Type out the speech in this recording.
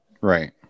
right